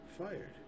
fired